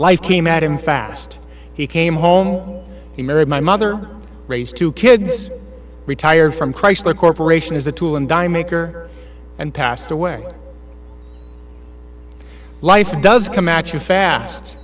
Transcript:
life came at him fast he came home he married my mother raised two kids retired from chrysler corporation as a tool and die maker and passed away life does come